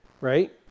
right